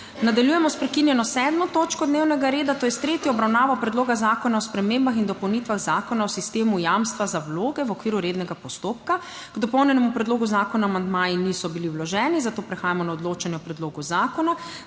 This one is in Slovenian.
Nadaljujemo sprekinjeno 7. točko dnevnega reda, to je s tretjo obravnavo Predloga zakona o spremembah in dopolnitvah Zakona o sistemu jamstva za vloge v okviru rednega postopka. K dopolnjenemu predlogu zakona amandmaji niso bili vloženi, zato prehajamo na odločanje o predlogu zakona.